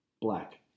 black